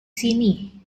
sini